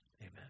Amen